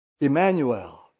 Emmanuel